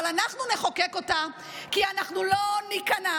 אבל אנחנו נחוקק אותה כי אנחנו לא ניכנע